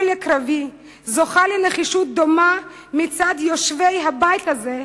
לקרבי זוכה לנחישות דומה מצד יושבי הבית הזה,